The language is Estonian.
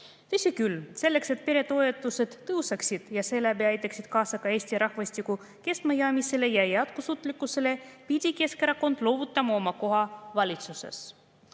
Tõsi küll, selleks et peretoetused tõuseksid ja seeläbi aitaksid kaasa Eesti rahvastiku kestmajäämisele ja jätkusuutlikkusele, pidi Keskerakond loovutama oma koha valitsuses.